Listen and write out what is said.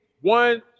one